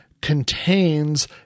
contains